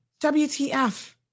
WTF